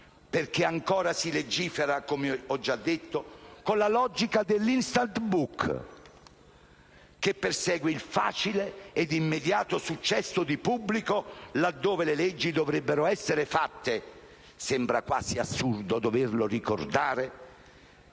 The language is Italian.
perché ancora si legifera - come ho già detto - con la logica dell'*instant book*, che persegue il facile ed immediato successo di pubblico laddove le leggi dovrebbero essere fatte - sembra quasi assurdo doverlo ricordare